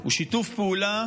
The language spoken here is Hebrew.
הוא שיתוף פעולה